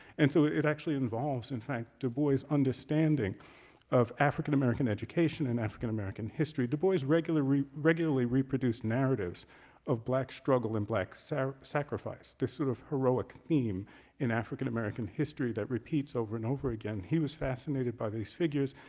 and so it actually involves in fact, dubois' understanding of african-american education and african-american history. dubois regularly regularly reproduced narratives of black struggle and black so sacrifice, this sort of heroic theme in african-american history that repeats over and over again. he was fascinated by these figures,